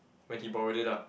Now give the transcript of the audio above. when he borrowed it ah